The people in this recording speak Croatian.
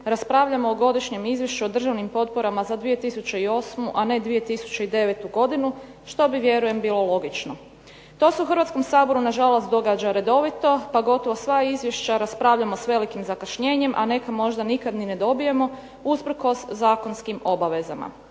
raspravljamo o Godišnjem izvješću o državnim potporama za 2008., a ne 2009. godinu što bi vjerujem bilo logično. To se u Hrvatskom saboru nažalost događa redovito pa gotovo sva izvješća raspravljamo s velikim zakašnjenjem, a neka možda nikad ni ne dobijemo, usprkos zakonskim obavezama.